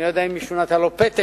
אני לא יודע אם מישהו נתן לו פתק.